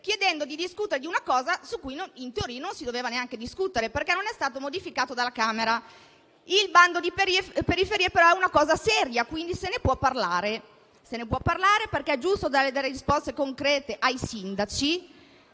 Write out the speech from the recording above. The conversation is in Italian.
chiedendo di discutere di una cosa su cui in teoria non si doveva neanche discutere, perché l'articolo non è stato modificato dalla Camera. Il bando periferie però è una cosa seria, quindi se ne può parlare, perché è giusto dare delle risposte concrete ai sindaci: